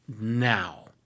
now